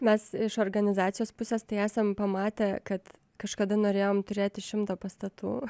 mes iš organizacijos pusės tai esam pamatę kad kažkada norėjom turėti šimtą pastatų